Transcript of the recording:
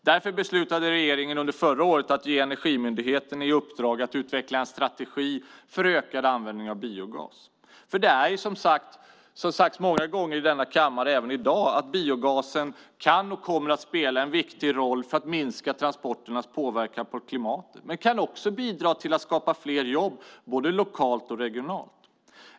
Därför beslutade regeringen under förra året att ge Energimyndigheten i uppdrag att utveckla en strategi för ökad användning av biogas. Det är som sagts många gånger i denna kammare, även i dag, så att biogasen kan och kommer att spela en viktig roll för att minska transporternas påverkan på klimatet. Den kan också bidra till att skapa fler jobb både lokalt och regionalt.